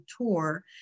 Tour